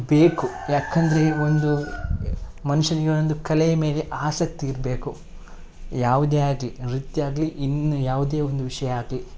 ಬೇಕು ಏಕಂದ್ರೆ ಒಂದು ಮನುಷ್ಯನಿಗೆ ಒಂದೊಂದು ಕಲೆಯ ಮೇಲೆ ಆಸಕ್ತಿ ಇರಬೇಕು ಯಾವುದೇ ಆಗಲಿ ನೃತ್ಯ ಆಗಲಿ ಇನ್ನು ಯಾವುದೇ ಒಂದು ವಿಷಯ ಆಗಲಿ